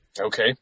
Okay